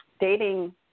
dating